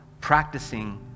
practicing